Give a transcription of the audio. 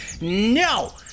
No